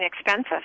expensive